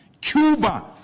Cuba